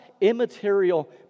immaterial